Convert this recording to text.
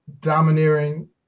domineering